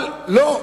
אבל לא,